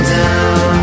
down